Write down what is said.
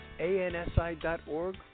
ansi.org